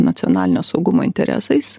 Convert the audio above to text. nacionalinio saugumo interesais